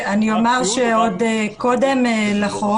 עוד קודם לחוק,